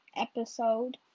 episode